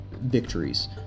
victories